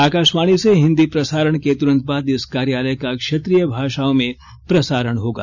आकाशवाणी से हिंदी प्रसारण के तुरंत बाद इस कार्यक्रम का क्षेत्रीय भाषाओं में प्रसारण होगा